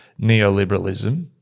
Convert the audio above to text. neoliberalism